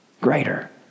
greater